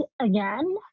again